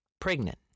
pregnant